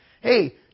Hey